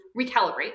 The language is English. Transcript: recalibrate